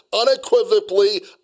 unequivocally